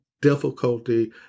difficulty